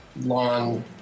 long